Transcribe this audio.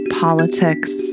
politics